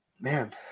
man